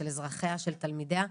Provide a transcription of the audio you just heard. של אזרחיה ותלמידיה,